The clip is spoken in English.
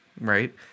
right